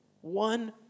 one